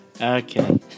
Okay